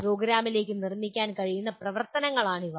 പ്രോഗ്രാമിലേക്ക് നിർമ്മിക്കാൻ കഴിയുന്ന പ്രവർത്തനങ്ങളാണിവ